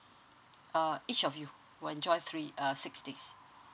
uh each of you will enjoy three err six days